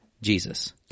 jesus